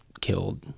killed